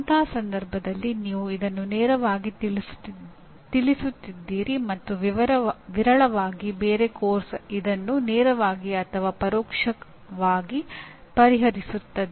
ಅಂತಹ ಸಂದರ್ಭದಲ್ಲಿ ನೀವು ಇದನ್ನು ನೇರವಾಗಿ ತಿಳಿಸುತ್ತಿದ್ದೀರಿ ಮತ್ತು ವಿರಳವಾಗಿ ಬೇರೆ ಪಠ್ಯಕ್ರಮ ಇದನ್ನು ನೇರವಾಗಿ ಅಥವಾ ಪರೋಕ್ಷವಾಗಿ ಪರಿಹರಿಸುತ್ತದೆ